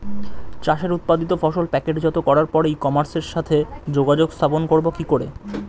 চাষের উৎপাদিত ফসল প্যাকেটজাত করার পরে ই কমার্সের সাথে যোগাযোগ স্থাপন করব কি করে?